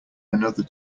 another